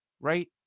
right